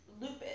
lupus